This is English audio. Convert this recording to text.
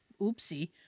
Oopsie